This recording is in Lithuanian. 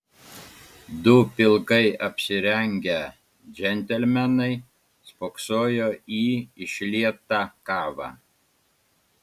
du pilkai apsirengę džentelmenai spoksojo į išlietą kavą